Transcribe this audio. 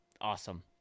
Awesome